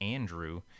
Andrew